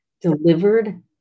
delivered